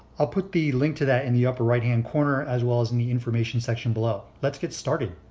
i'll put the link to that in the upper right hand corner as well as in the information section below. let's get started!